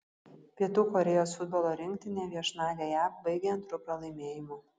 pietų korėjos futbolo rinktinė viešnagę jav baigė antru pralaimėjimu